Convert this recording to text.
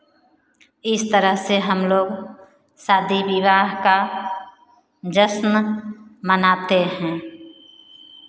इस तरह से हम लोग शादी विवाह का जश्न मनाते हैं